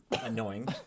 annoying